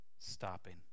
stopping